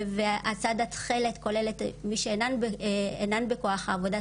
הצד התכלת כולל את מי שאינן בכוח העבודה,